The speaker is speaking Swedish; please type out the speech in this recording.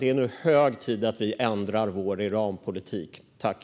Det är nu hög tid att vi ändrar vår Iranpolitik.